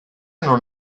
non